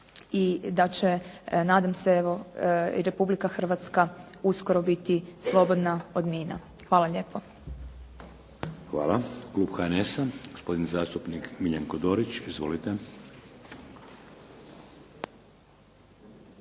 i da će, nadam se evo i Republika Hrvatska uskoro biti slobodna od mina. Hvala lijepo. **Šeks, Vladimir (HDZ)** Hvala. Klub HNS-a, gospodin zastupnik Miljenko Dorić. Izvolite.